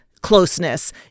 closeness